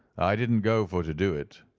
i didn't go for to do it.